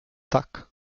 tak